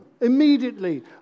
immediately